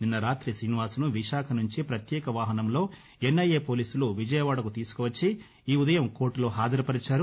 నిన్న రాతి శ్రీనివాస్ను విశాఖ నుంచి పత్యేక వాహనంలో ఎన్ఐఏ పోలీసులు విజయవాడ తీసుకొచ్చి ఈ ఉదయం కోర్టులో హాజరు పరిచారు